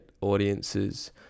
audiences